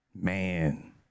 Man